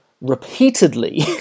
repeatedly